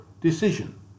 decision